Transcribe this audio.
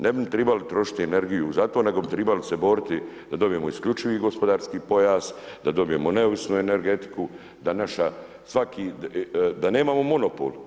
Ne bi trebali ni trošiti energiju za to, nego bi trebali se boriti da dobijemo isključivi gospodarski pojas, da dobijemo neovisnu energetiku, da naša svaki, da nemamo monopol.